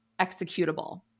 executable